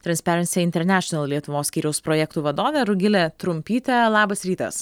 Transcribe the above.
transperansi internašional lietuvos skyriaus projektų vadovė rugilė trumpytė labas rytas